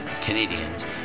Canadians